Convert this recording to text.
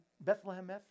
Bethlehem